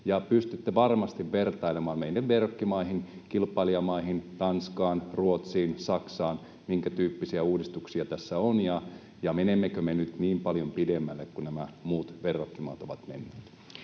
pystytte varmasti vertailemaan meitä verrokkimaihimme, kilpailijamaihin: Tanskaan, Ruotsiin, Saksaan. Minkätyyppisiä uudistuksia tässä on, ja menemmekö me nyt niin paljon pidemmälle kuin nämä muut, verrokkimaat, ovat menneet?